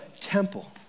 temple